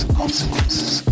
consequences